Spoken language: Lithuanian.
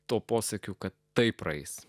tuo posakiu kad tai praeis